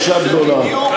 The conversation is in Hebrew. זה בדיוק אתם.